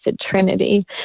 Trinity